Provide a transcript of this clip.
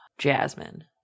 jasmine